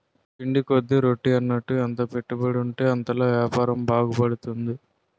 పిండి కొద్ది రొట్టి అన్నట్టు ఎంత పెట్టుబడుంటే అంతలా యాపారం బాగుపడతది